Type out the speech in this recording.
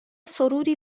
سرودی